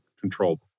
control